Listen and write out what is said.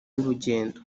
y’urugendo